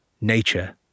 nature